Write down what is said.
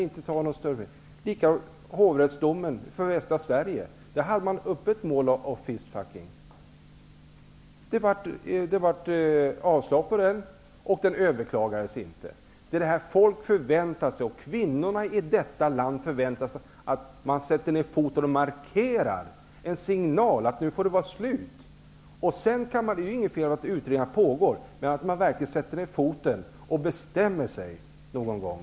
I Hovrätten för västra Sverige hade man uppe ett mål om fistfucking. Det blev avslag, och domen överklagades inte. Folk i detta land, inte minst kvinnorna, förväntar sig att man sätter ned foten och markerar att det får vara slut. Det är inget fel i att det pågår utredningar, men man måste verkligen sätta ned foten och någon gång bestämma sig.